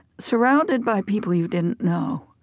surrounded by people you didn't know,